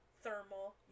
Thermal